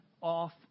off